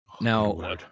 Now